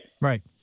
Right